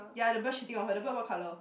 ya the bird shitting on her the bird what colour